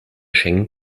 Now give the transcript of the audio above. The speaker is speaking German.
schengen